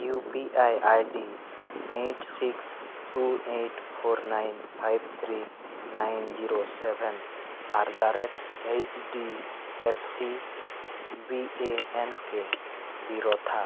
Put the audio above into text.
U P I ID eight six two eight four nine five three nine zero seven at the rate H D F C B A N K ᱵᱤᱨᱚᱛᱷᱟ